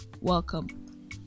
Welcome